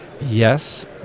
Yes